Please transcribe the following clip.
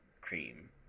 cream